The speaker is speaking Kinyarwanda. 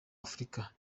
afurika